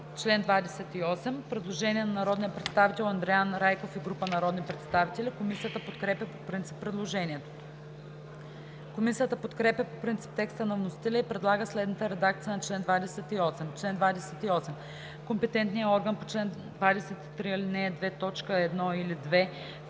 чл. 28 има предложение на народния представител Андриан Райков и група народни представители. Комисията подкрепя по принцип предложението. Комисията подкрепя по принцип текста на вносителя и предлага следната редакция на чл. 28: „Чл. 28. Компетентният орган по чл. 23, ал. 2, т. 1 или 2